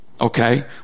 Okay